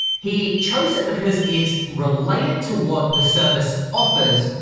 he chose it because it's related to what the service offers,